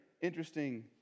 interesting